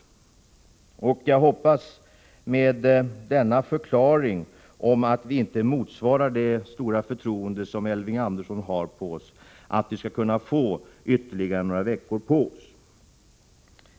Jag hoppas att vi med denna förklaring om att vi inte kan motsvara det stora förtroende som Elving Andersson har för oss skall kunna få ytterligare några veckor på oss.